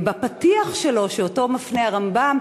בפתיח שלה, שאותו מפנה הרמב"ם